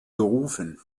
gerufen